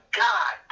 god